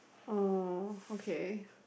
oh okay